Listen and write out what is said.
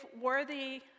worthy